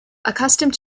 accustomed